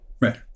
Right